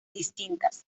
distintas